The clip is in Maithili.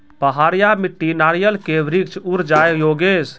पहाड़िया मिट्टी नारियल के वृक्ष उड़ जाय योगेश?